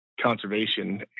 conservation